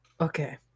Okay